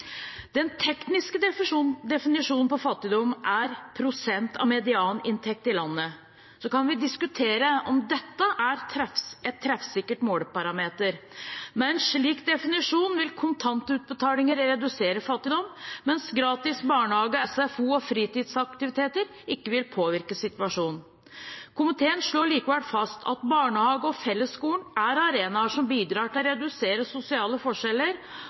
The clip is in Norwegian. Den tekniske definisjonen på fattigdom er prosent av medianinntekt i landet. Så kan vi diskutere om dette er en treffsikker måleparameter. Med en sånn definisjon vil kontantutbetalinger redusere fattigdom, mens gratis barnehage, SFO og fritidsaktiviteter ikke vil påvirke situasjonen. Komiteen slår likevel fast at barnehage og fellesskolen er arenaer som bidrar til å redusere sosiale forskjeller,